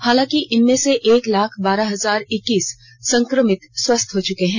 हालांकि इनमें से एक लाख बारह हजार इक्कीस संक्रमित स्वस्थ हो चुके हैं